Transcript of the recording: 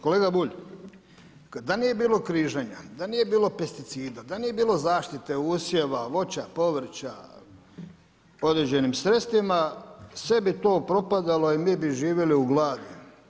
Kolega Bulj, da nije bilo križanja, da nije bilo pesticida, da nije bilo zaštite usjeva, voća, povrća određenim sredstvima, sve bi to propadalo i mi bi živjeli u gladi.